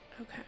Okay